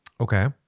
Okay